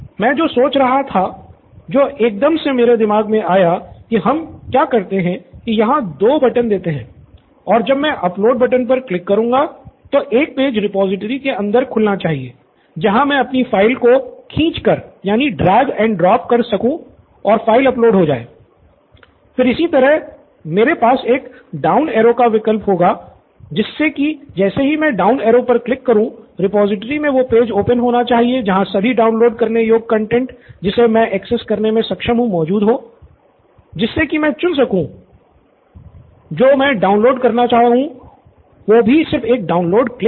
मैं जो सोच रहा था जो एक दम से मेरे दिमाग मे आया कि हम क्या करते है की यहाँ दो बटन देते हैं और जब मैं अपलोड बटन पर क्लिक करुंगा तो एक पेज रिपॉजिटरी का विकल्प होगा जिससे की जैसे ही मैं डाउन एरो पर क्लिक करूँ रिपॉजिटरी में वो पेज ओपेन होना चाहिए जहाँ सभी डाउनलोड करने योग्य कंटेंट जिसे मैं एक्सेस करने में सक्षम हूं मौजूद हो जिससे की मैं चुन सकूँ जो मैं डौन्लोड करना चाहता हूँ वो भी सिर्फ एक डाउनलोड क्लिक पर